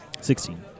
Sixteen